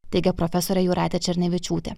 teigia profesorė jūratė černevičiūtė